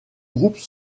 groupes